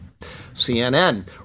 CNN